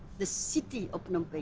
the city of phnom penh.